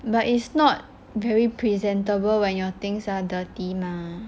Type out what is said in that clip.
but it's not very presentable when your things are dirty mah